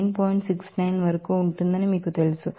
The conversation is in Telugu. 69 వరకు ఉంటుందని మీకు తెలుసు